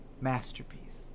masterpiece